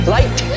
Light